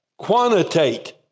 quantitate